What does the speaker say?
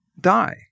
die